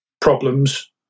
problems